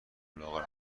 لاغر